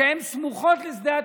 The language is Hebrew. שהן סמוכות לשדה התעופה.